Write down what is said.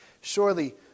Surely